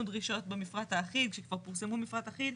דרישות במפרט האחיד שכבר פורסמו מפרט אחיד,